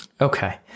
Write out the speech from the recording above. Okay